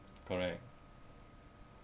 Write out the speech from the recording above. correct